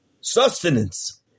sustenance